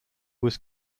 was